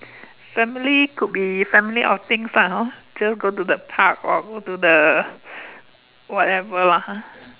family could be family outings lah hor just go to the park or go to the whatever lah ha